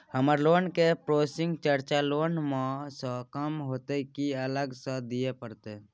हमर लोन के processing charge loan म स कम होतै की अलग स दिए परतै?